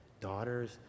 daughters